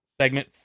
segment